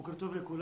בוקר טוב לכולם.